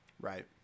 Right